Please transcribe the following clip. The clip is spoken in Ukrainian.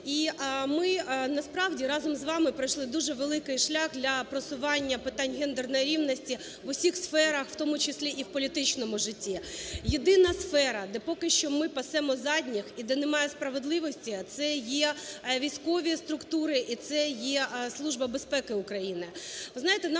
І ми насправді разом з вами пройшли дуже великий шлях для просування питань гендерної рівності в усіх сферах, в тому числі і в політичному житті. Єдина сфера, де поки що ми пасемо задніх і де немає справедливості, це є військові структури і це є Служба безпеки України.